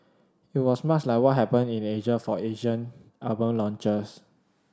it was much like what happened in Asia for Asian album launches